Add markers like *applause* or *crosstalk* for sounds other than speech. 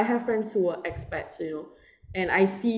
I have friends who are expats you know *breath* and I see